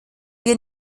wir